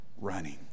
running